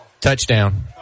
Touchdown